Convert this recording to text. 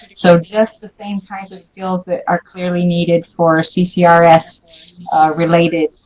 so just the same kinds of skills that are clearly needed for ccrs related